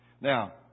Now